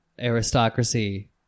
aristocracy